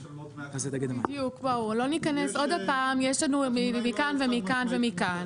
לא ניכנס עוד פעם, יש לנו מכאן ומכאן ומכאן.